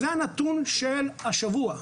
זה הנתון של השבוע הנוכחי.